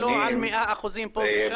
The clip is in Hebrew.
ולא על 100% פה ושם.